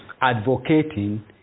advocating